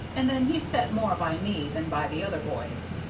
and then he set more by me than by the other boys.